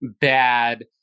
bad